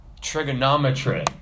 trigonometry